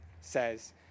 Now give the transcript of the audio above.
says